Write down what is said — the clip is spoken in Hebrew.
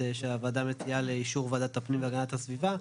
שהוועדה מציעה לאישור ועדת הפנים והגנת הסביבה.